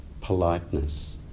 politeness